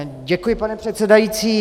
Děkuji, pane předsedající.